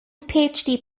phd